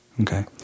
Okay